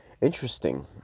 interesting